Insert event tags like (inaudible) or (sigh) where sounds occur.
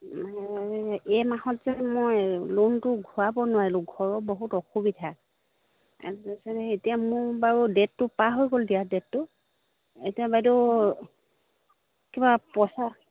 এই মাহত যেন মই লোনটো ঘূৰাব নোৱাৰিলোঁ ঘৰৰ বহুত অসুবিধা (unintelligible) এতিয়া মোক বাৰু ডেটটো পাৰ হৈ গ'ল দিয়া ডেটটো এতিয়া বাইদেউ কিবা পইচা